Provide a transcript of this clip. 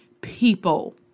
people